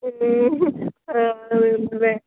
ആ